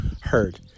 heard